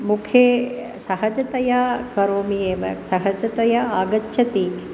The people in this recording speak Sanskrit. मुखे सहजतया करोमि एव सहजतया आगच्छति